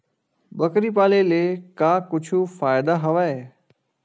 बकरी पाले ले का कुछु फ़ायदा हवय?